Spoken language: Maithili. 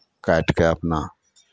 काटि कऽ अपना